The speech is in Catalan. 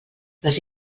les